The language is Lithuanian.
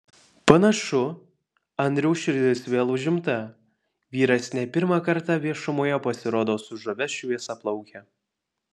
panašu andriaus širdis vėl užimta vyras ne pirmą kartą viešumoje pasirodo su žavia šviesiaplauke